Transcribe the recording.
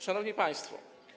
Szanowni Państwo!